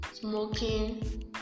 smoking